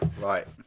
Right